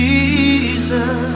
Jesus